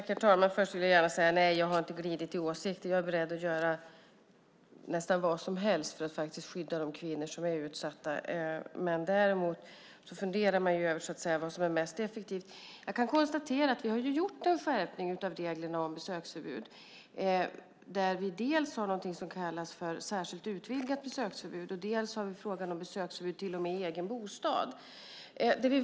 Herr talman! Först vill jag gärna säga att jag inte har glidit i åsikter. Jag är beredd att göra nästan vad som helst för att skydda de kvinnor som är utsatta. Men däremot funderar man över vad som är mest effektivt. Vi har gjort en skärpning av reglerna om besöksförbud. Vi har något som kallas särskilt utvidgat besöksförbud, och dessutom har vi frågan om besökförbud i egen bostad.